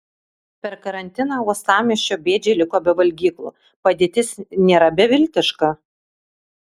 per karantiną uostamiesčio bėdžiai liko be valgyklų padėtis nėra beviltiška